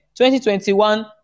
2021